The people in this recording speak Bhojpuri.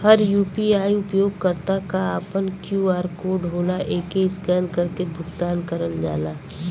हर यू.पी.आई उपयोगकर्ता क आपन क्यू.आर कोड होला एके स्कैन करके भुगतान करल जाला